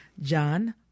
John